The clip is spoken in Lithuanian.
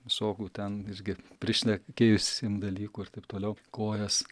visokių ten irgi prišnekėjusiem dalykų ir taip toliau kojas